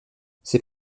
c’est